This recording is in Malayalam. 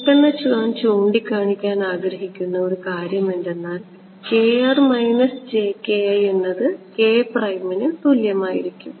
പെട്ടെന്ന് ഞാൻ ചൂണ്ടിക്കാണിക്കാൻ ആഗ്രഹിക്കുന്ന ഒരു കാര്യം എന്തെന്നാൽ എന്നത് കെ പ്രൈമിനു തുല്യമായിരിക്കും